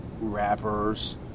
rappers